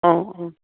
অঁ অঁ